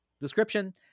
description